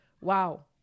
Wow